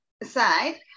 aside